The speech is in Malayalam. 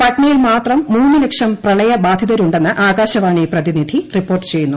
പട്നയിൽ മാത്രം മൂന്ന് ലക്ഷം പ്രളയബാധിതരുണ്ടെന്ന് ആകാശവാണി പ്രതിനിധി റിപ്പോർട്ട് ചെയ്യുന്നു